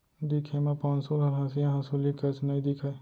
दिखे म पौंसुल हर हँसिया हँसुली कस नइ दिखय